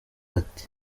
ati